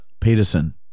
Peterson